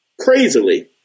crazily